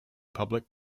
public